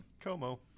Como